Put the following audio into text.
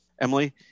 Emily